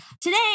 today